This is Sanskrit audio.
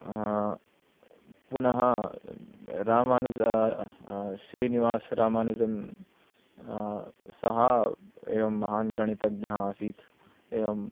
पुनः रामानुज श्रीनिवासरामानुजं सः एवं महान् गणितज्ञः आसीत् एवं